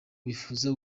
bifuza